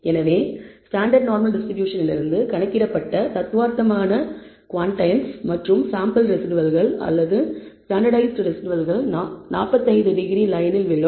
எனவே standard normal டிஸ்ட்ரிபியூஷனிலிருந்து கணக்கிடப்பட்ட தத்துவார்த்த குவாண்டைல்ஸ் மற்றும் சாம்பிள் ரெஸிடுவல்கள் ஸ்டாண்டர்ட்டைஸ்ட் ரெஸிடுவல்கள் 45 டிகிரி லயனில் விழும்